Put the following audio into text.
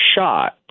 shot